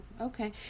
Okay